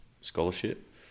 scholarship